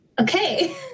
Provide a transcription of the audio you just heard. okay